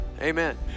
amen